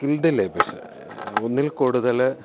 skilled ലേബീസ് ഒന്നിൽ കൂടുതൽ